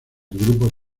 grupo